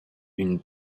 une